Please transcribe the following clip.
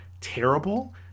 terrible